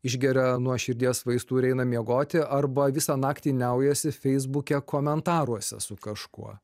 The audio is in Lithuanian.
išgeria nuo širdies vaistų ir eina miegoti arba visą naktį niaujasi feisbuke komentaruose su kažkuo